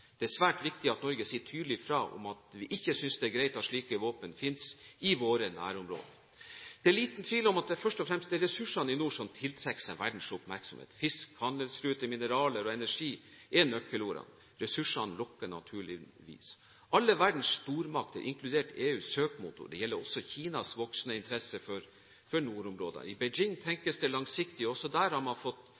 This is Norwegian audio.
Det er svært viktig at Norge sier tydelig ifra om at vi ikke synes det er greit at slike våpen finnes i våre nærområder. Det er liten tvil om at det først og fremst er ressursene i nord som tiltrekker seg verdens oppmerksomhet. Fisk, handelsruter, mineraler og energi er nøkkelordene. Ressursene lokker, naturligvis. Alle verdens stormakter, inkludert EU, søker mot nord. Det gjelder også Kinas voksende interesse for nordområdene. I Beijing tenkes det langsiktig. Også der har man fått